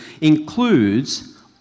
includes